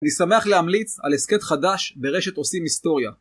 אני שמח להמליץ על הסכת חדש ברשת 'עושים היסטוריה'.